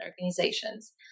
organizations